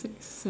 seven